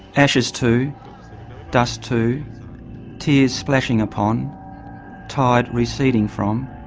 ashes to dust to tears splashing upon tide receding from